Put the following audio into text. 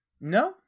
no